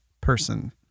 person